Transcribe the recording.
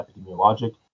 epidemiologic